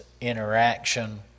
interaction